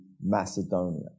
Macedonia